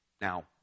Now